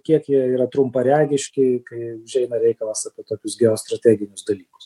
kiek jie yra trumparegiški kai užeina reikalas apie tokius geostrateginius dalykus